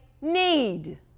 need